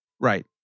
Right